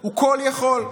הוא כול-יכול.